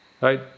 right